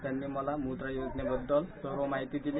त्यांनी मला मुद्रा योजना बद्दल सर्व माहिती दिली